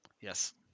Yes